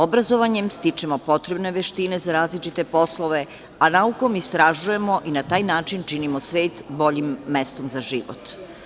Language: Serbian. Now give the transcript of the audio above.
Obrazovanjem stičemo potrebne veštine za različite poslove, a naukom istražujemo i na taj način činimo svet boljim mestom za život.